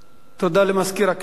תודה לסגן מזכירת הכנסת.